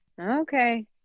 Okay